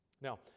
Now